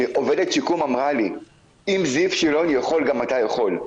שעובדת שיקום אמרה לי שאם זיו שילון יכול גם אתה יכול.